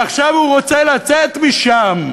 ועכשיו הוא רוצה לצאת משם,